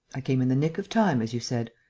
i came in the nick of time, as you said.